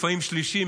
לפעמים שלישי,